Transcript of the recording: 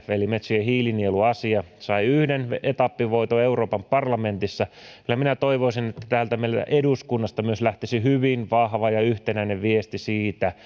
eli metsien hiilinieluasia sai yhden etappivoiton euroopan parlamentissa kyllä minä toivoisin että meiltä eduskunnasta myös lähtisi hyvin vahva ja yhtenäinen viesti siitä